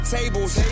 Tables